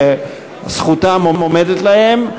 וזכותם עומדת להם.